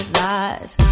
lies